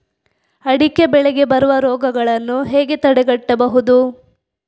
ಅಡಿಕೆ ಬೆಳೆಗೆ ಬರುವ ರೋಗಗಳನ್ನು ಹೇಗೆ ತಡೆಗಟ್ಟಬಹುದು?